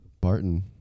barton